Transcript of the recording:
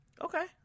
Okay